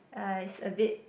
uh it's a bit